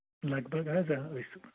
لگ بگ حظ